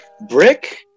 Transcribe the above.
Brick